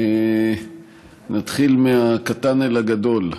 נתחיל מהקטן אל הגדול.